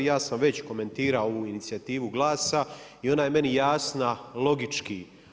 Ja sam već komentirao ovu inicijativu GLAS-a i ona je meni jasna logički.